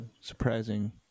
surprising